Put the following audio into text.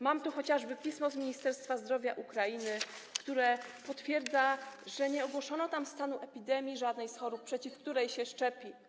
Mam tu chociażby pismo z ministerstwa zdrowia Ukrainy, które potwierdza, że nie ogłoszono tam stanu epidemii żadnej z chorób, przeciw której się szczepi.